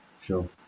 Sure